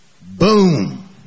boom